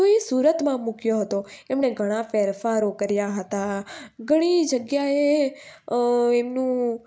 તો એ સુરતમાં મૂક્યો હતો એમણે ઘણા ફેરફારો કર્યા હતા ઘણી જગ્યાએ એમનું